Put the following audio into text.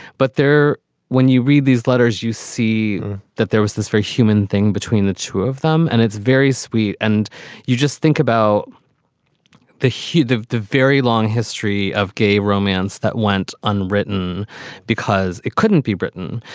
but there when you read these letters, you see that there was this very human thing between the two of them. and it's very sweet. and you just think about the heat of the very long history of gay romance that went unwritten because it couldn't be written.